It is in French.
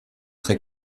très